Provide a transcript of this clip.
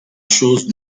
choses